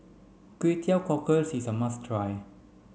Kway Teow Cockles is a must try